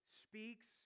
speaks